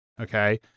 Okay